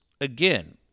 again